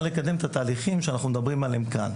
לקדם את התהליכים שאנחנו מדברים עליהם כאן.